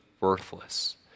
worthless